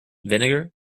vinegar